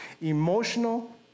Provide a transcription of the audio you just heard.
Emotional